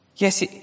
Yes